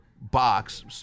box